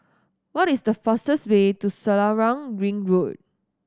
what is the fastest way to Selarang Ring Road